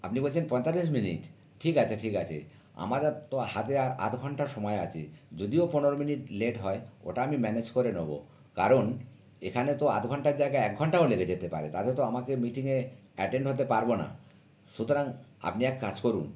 আপনি বলছেন পঁয়তাল্লিশ মিনিট ঠিক আছে ঠিক আছে আমার আর তো হাতে আর আধ ঘণ্টার সময় আছে যদিও পনেরো মিনিট লেট হয় ওটা আমি ম্যানেজ করে নেব কারণ এখানে তো আধ ঘণ্টার জায়গায় এক ঘণ্টাও লেগে যেতে পারে তাতে তো আমাকে মিটিংয়ে অ্যাটেন্ড হতে পারব না সুতরাং আপনি এক কাজ করুন